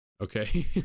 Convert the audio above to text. okay